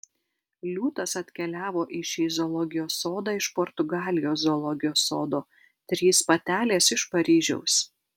liūtas atkeliavo į šį zoologijos sodą iš portugalijos zoologijos sodo trys patelės iš paryžiaus